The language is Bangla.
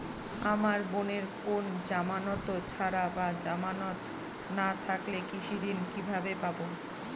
আমার বোনের কোন জামানত ছাড়া বা জামানত না থাকলে কৃষি ঋণ কিভাবে পাবে?